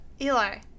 Eli